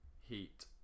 Heat